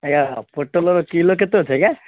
ଆଜ୍ଞା ପୋଟଳ କିଲୋ କେତେ ଅଛି ଆଜ୍ଞା